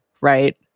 right